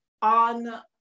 On